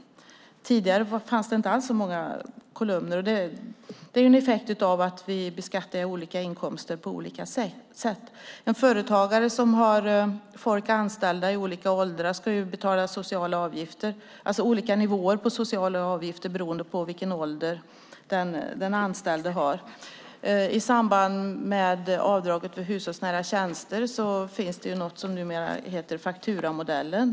Tidigare fanns det inte alls så många kolumner. Det är en effekt av att vi beskattar olika inkomster på olika sätt. En företagare som har folk anställda i olika åldrar ska betala olika nivåer på sociala avgifter beroende på vilken ålder den anställde har. När det gäller avdraget för hushållsnära tjänster finns det numera något som heter fakturamodellen.